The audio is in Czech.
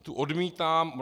Tu odmítám.